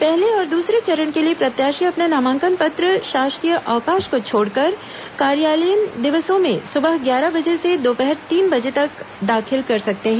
पहले और दूसरे चरण के लिए प्रत्याशी अपना नामांकन पत्र शासकीय अवकाश को छोड़कर कार्यालयीन दिवसों में सुबह ग्यारह बजे से दोपहर तीन बजे तक दाखिल कर सकते हैं